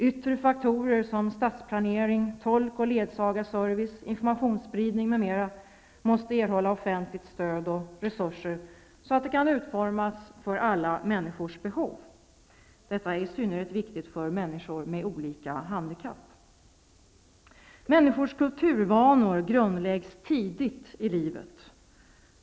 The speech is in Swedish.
Yttre faktorer som stadsplanering, tolk och ledsagarservice, informationsspridning m.m. måste erhålla offentligt stöd och resurser, så att de kan utformas för alla människors behov. Detta är i synnerhet viktigt för människor med olika handikapp. Människors kulturvanor grundläggs tidigt i livet.